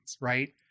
right